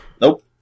Nope